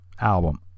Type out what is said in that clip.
album